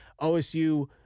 OSU